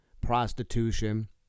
prostitution